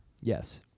Yes